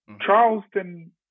Charleston